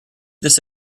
this